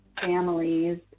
families